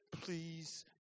please